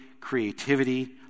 creativity